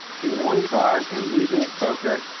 gimme one card for losing at poker.